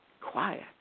quiet